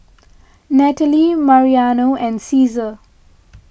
Natalie Mariano and Ceasar